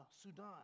Sudan